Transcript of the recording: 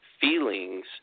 Feelings